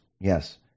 yes